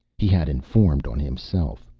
he had informed on himself.